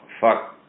Fuck